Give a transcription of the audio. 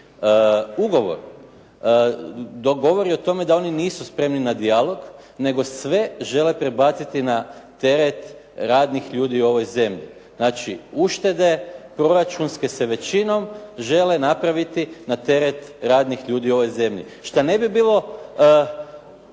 govori o tome da oni nisu spremni na dijalog, nego sve žele prebaciti na teret radnih ljudi u ovoj zemlji. Znači, uštede proračunske se većinom žele napraviti na teret radnih ljudi u ovoj zemlji. Šta ne bi bilo